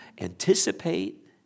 anticipate